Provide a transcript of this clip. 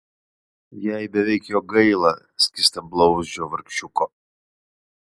jai beveik jo gaila skystablauzdžio vargšiuko